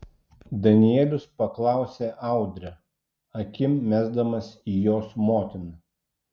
danielius paklausė audrę akim mesdamas į jos motiną